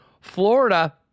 Florida